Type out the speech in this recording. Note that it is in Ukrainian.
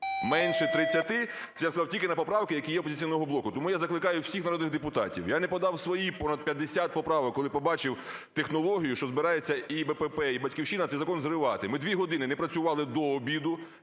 Менше 30! Це я сказав, тільки на поправки, які є у "Опозиційного блоку". Тому я закликаю всіх народних депутатів, я не подав свої понад 50 поправок, коли побачив технологію, що збираються і БПП і "Батьківщина" цей закон зривати – ми дві години не працювали до обіду.